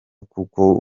kuko